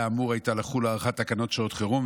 הייתה אמורה לחול הארכת תקנות שעת חירום,